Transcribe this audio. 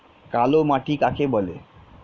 কালোমাটি কাকে বলে?